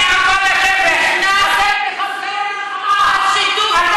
ואני חשבתי שהכנסת הזאת הגיעה לשפל כשחבר כנסת מהמפלגה שלך,